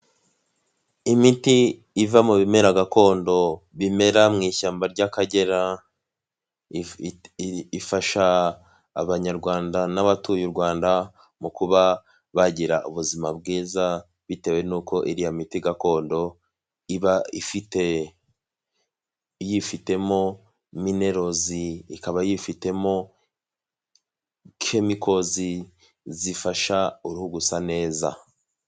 Imiti iva mu bimera gakondo, bimera mu ishyamba ry'akagera, ifasha abanyarwanda n'abatuye u Rwanda mu kuba bagira ubuzima bwiza, bitewe n'uko iriya miti gakondo iba yifitemo minelozi, ikaba yifitemo kemikozi zifasha uruhu gusa neza.